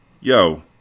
Yo